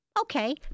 okay